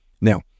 Now